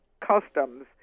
customs